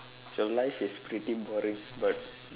your life is pretty boring but